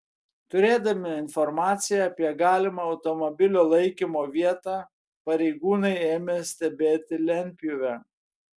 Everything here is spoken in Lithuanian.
turėdami informaciją apie galimą automobilio laikymo vietą pareigūnai ėmė stebėti lentpjūvę